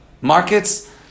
markets